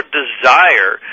desire